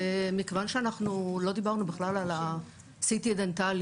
מכיוון שאנחנו לא דיברנו בכלל על ה-CT הדנטלי,